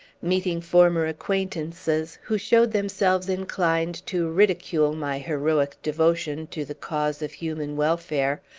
meeting former acquaintances, who showed themselves inclined to ridicule my heroic devotion to the cause of human welfare,